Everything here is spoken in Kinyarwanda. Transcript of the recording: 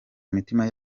imitima